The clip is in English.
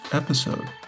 episode